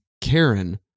Karen